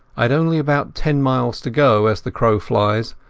i had only about ten miles to go as the crow flies,